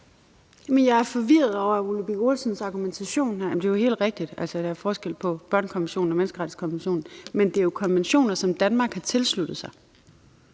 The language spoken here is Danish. Jeg er forvirret over hr. Ole Birk Olesens argumentation her. Altså, det er jo helt rigtigt, at der er forskel på børnekonventionen og menneskerettighedskonventionen, men det er jo konventioner, som Danmark har tilsluttet sig.